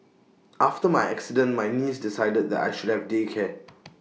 after my accident my niece decided that I should have day care